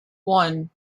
one